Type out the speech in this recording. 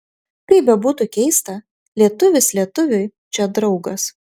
kaip bebūtų keista lietuvis lietuviui čia draugas